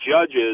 judges